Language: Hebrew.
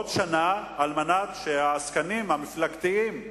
עוד שנה על מנת שהעסקנים המפלגתיים,